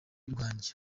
rwanjye